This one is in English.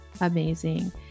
amazing